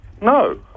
No